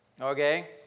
Okay